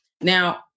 Now